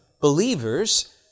believers